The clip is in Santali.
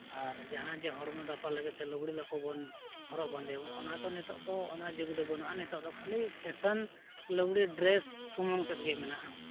ᱟᱨ ᱡᱟᱦᱟᱸ ᱡᱮ ᱦᱚᱲᱢᱚ ᱫᱟᱯᱟᱞ ᱞᱟᱹᱜᱤᱫᱼᱛᱮ ᱞᱩᱜᱽᱲᱤᱡ ᱞᱟᱯᱳᱵᱚᱱ ᱦᱚᱨᱚᱜ ᱵᱟᱸᱫᱮᱭᱟᱵᱚᱱ ᱚᱱᱟᱫᱚ ᱱᱤᱛᱳᱜ ᱫᱚ ᱚᱱᱟ ᱡᱩᱜᱽ ᱫᱚ ᱵᱟᱹᱱᱩᱜᱼᱟ ᱱᱤᱛᱳᱜ ᱫᱚ ᱠᱷᱟᱹᱞᱤ ᱯᱷᱮᱥᱮᱱ ᱞᱩᱜᱽᱲᱤ ᱰᱨᱮᱥ ᱥᱩᱢᱩᱝ ᱛᱮᱫᱜᱮ ᱢᱮᱱᱟᱜᱼᱟ